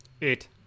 Eight